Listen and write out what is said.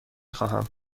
خواهم